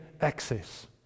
access